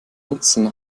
nutzen